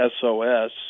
SOS